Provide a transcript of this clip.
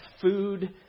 food